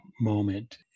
moment